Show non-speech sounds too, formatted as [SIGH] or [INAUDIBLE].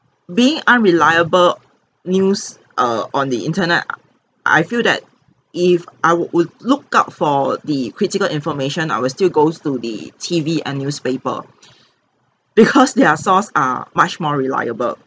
being unreliable news err on the internet err I feel that if I will look out for the critical information I will still goes to the T_V and newspaper [BREATH] [LAUGHS] because their source are much more reliable